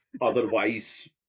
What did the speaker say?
Otherwise